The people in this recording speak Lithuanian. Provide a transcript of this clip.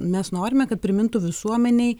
mes norime kad primintų visuomenei